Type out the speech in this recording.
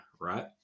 right